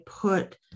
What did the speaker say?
put